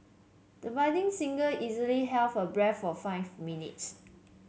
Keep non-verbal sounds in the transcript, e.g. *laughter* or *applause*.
the budding singer easily *unintelligible* her *unintelligible* for five minutes